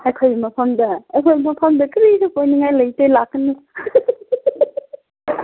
ꯑꯩꯈꯣꯏ ꯃꯐꯝꯗ ꯑꯩꯈꯣꯏ ꯃꯐꯝꯗ ꯀꯔꯤꯁꯨ ꯇꯧꯅꯤꯡꯉꯥꯏ ꯂꯩꯇꯦ ꯂꯥꯛꯀꯅꯨ